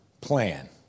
plan